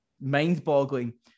mind-boggling